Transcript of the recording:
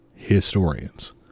historians